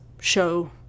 show